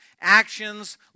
actions